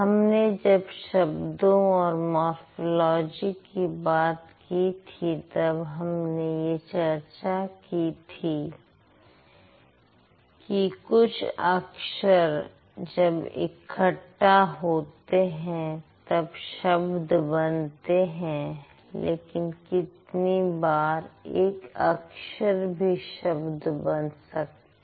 हमने जब शब्दों और मोरफ़ोलॉजी की बात की थी तब हमने यह चर्चा की थी कि कुछ अक्षर जब इकट्ठा होते हैं तब शब्द बनते हैं लेकिन कितनी बार एक अक्षर भी शब्द बना सकता है